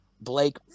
Blake